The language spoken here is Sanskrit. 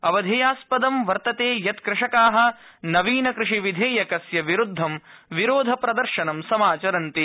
अवधेयास्पदं वर्तते यत कृषकाः नवीनकृषि विधेयकस्य विरूद्व विरोधप्रदर्शनं समाचरन्ति